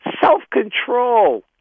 Self-control